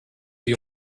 die